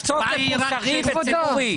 התוקף מוסרי וציבורי.